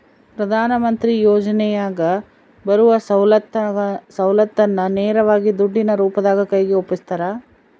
ಪ್ರಧಾನ ಮಂತ್ರಿ ಯೋಜನೆಯಾಗ ಬರುವ ಸೌಲತ್ತನ್ನ ನೇರವಾಗಿ ದುಡ್ಡಿನ ರೂಪದಾಗ ಕೈಗೆ ಒಪ್ಪಿಸ್ತಾರ?